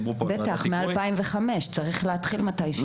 בטח, מ-2005 , צריך להתחיל מתישהו.